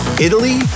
Italy